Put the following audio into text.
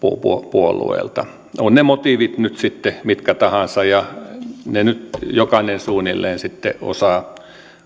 puolueelta ovat ne motiivit nyt sitten mitkä tahansa ja ne nyt jokainen suunnilleen sitten osaa